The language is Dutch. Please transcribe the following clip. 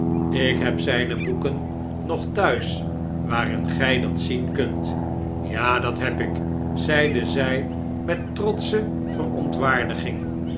ik heb zijne boeken nog thuis waarin gij dat zien kunt ja dat heb ik zeide zij met trotsche verontwaardiging